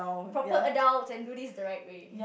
proper adults and do this the right way